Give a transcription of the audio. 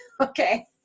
Okay